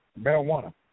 marijuana